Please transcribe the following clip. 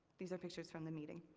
these are pictures from the meeting.